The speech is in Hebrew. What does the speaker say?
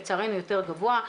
לצערנו יותר גבוה.